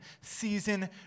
season